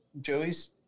Joey's